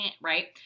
right